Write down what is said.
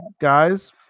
guys